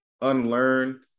unlearn